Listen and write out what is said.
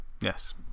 Yes